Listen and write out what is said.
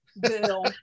Bill